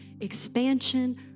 Expansion